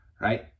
right